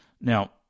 Now